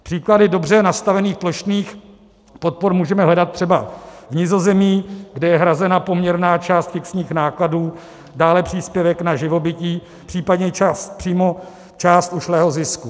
Příklady dobře nastavených plošných podpor můžeme hledat třeba v Nizozemí, kde je hrazena poměrná část fixních nákladů, dále příspěvek na živobytí, případně část příjmu, část ušlého zisku.